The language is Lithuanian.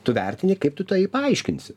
tu vertini kaip tu tai paaiškinsi